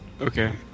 Okay